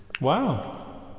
Wow